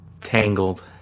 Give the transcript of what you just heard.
Tangled